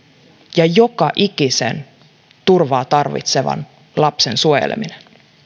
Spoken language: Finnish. ja joka ikisen turvaa tarvitsevan lapsen suojeleminen